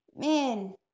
Man